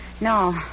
No